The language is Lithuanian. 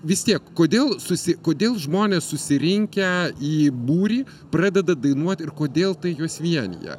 vis tiek kodėl susi kodėl žmonės susirinkę į būrį pradeda dainuot ir kodėl tai juos vienija